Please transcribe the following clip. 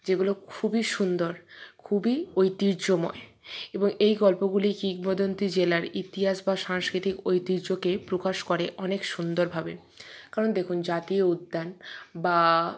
যেগুলো খুবই সুন্দর খুবই ঐতিহ্যময় এবং এই গল্পগুলি কিংবদন্তি জেলার ইতিহাস বা সাংস্কৃতিক ঐতিহ্যকে প্রকাশ করে অনেক সুন্দরভাবে কারণ দেখুন জাতীয় উদ্যান বা